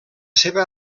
seva